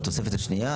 בתוספת השנייה,